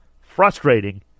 frustrating